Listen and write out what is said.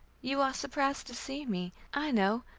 you are surprised to see me, i know.